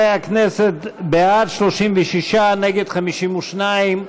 חברי הכנסת, בעד, 36, נגד, 52,